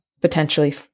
potentially